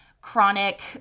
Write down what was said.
chronic